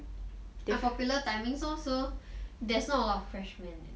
unpopular timings lor so there's not a lot of freshmen in it